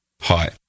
Hi